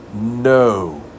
No